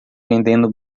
vendendo